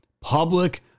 Public